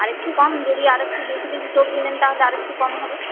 আরেকটু কম যদি আরেকটু বেশি বেশি সবজি নেন তা হলে আরেকটু কম হবে